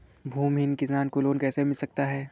भूमिहीन किसान को लोन कैसे मिल सकता है?